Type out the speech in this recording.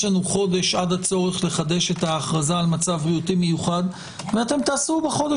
יש לנו חודש עד הצורך לחדש את ההכרזה על מצב בריאותי מיוחד ותעשו בו.